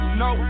no